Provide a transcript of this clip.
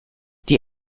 die